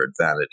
Vanity